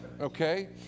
Okay